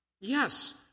Yes